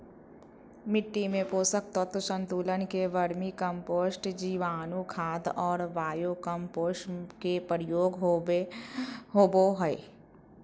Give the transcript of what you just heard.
मिट्टी में पोषक तत्व संतुलन ले वर्मी कम्पोस्ट, जीवाणुखाद और बायो कम्पोस्ट के प्रयोग होबो हइ